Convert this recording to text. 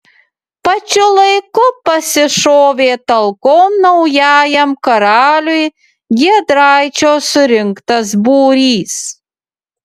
pačiu laiku pasišovė talkon naujajam karaliui giedraičio surinktas būrys